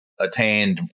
attained